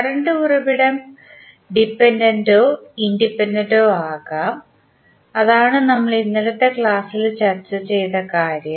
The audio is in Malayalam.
കറണ്ട് ഉറവിടം ഡിപെൻഡന്റോ ഇൻഡിപെൻഡന്റോ ആകാം അതാണ് നമ്മൾ ഇന്നലത്തെ ക്ലാസ്സിൽ ചർച്ച ചെയ്ത കാര്യം